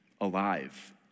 alive